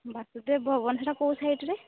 ବାସୁଦେବ ଭବନ ସେଇଟା କେଉଁ ସାଇଡ଼୍ରେ